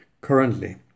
Currently